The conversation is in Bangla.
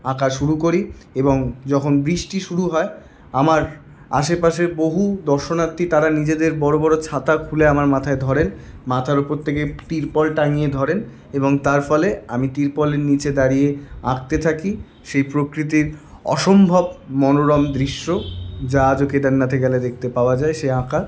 আঁকা শুরু করি এবং যখন বৃষ্টি শুরু হয় আমার আশেপাশের বহু দর্শনার্থী তারা নিজেদের বড়ো বড়ো ছাতা খুলে আমার মাথায় ধরেন মাথার উপর থেকে তিরপল টাঙিয়ে ধরেন এবং তার ফলে আমি তিরপলের নীচে দাঁড়িয়ে আঁকতে থাকি সেই প্রকৃতির অসম্ভব মনোরম দৃশ্য যা আজও কেদারনাথে গেলে দেখতে পাওয়া যায় সে আঁকা